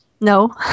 no